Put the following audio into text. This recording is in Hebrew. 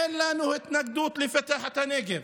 אין לנו התנגדות לפתח את הנגב.